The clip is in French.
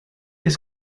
est